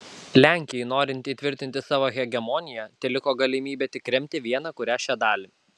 lenkijai norint įtvirtinti savo hegemoniją teliko galimybė tik remti vieną kurią šią dalį